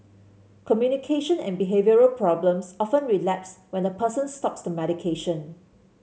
communication and behavioural problems often relapse when the person stops the medication